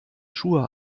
schuhe